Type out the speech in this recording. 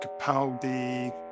Capaldi